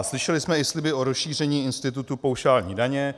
Slyšeli jsme i sliby o rozšíření institutu paušální daně.